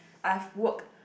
I've work